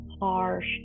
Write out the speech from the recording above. harsh